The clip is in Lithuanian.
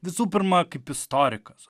visų pirma kaip istorikas